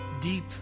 deep